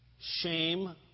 shame